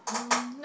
um that